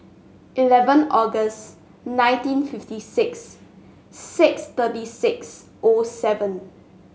eleven August nineteen fifty six six thirty six O seven